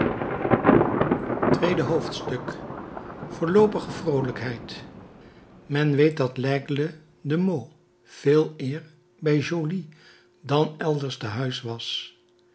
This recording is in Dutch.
tweede hoofdstuk voorloopige vroolijkheid men weet dat laigle de meaux veeleer bij joly dan elders te huis was